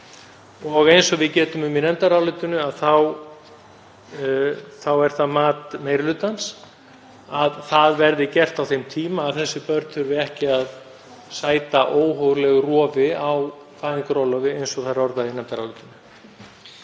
Eins og við getum um í nefndarálitinu er það mat meiri hlutans að það verði gert á þeim tíma að þessi börn þurfi ekki að sæta óhóflegu rofi á fæðingarorlofi, eins og það er orðað í nefndarálitinu.